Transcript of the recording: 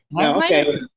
Okay